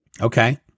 Okay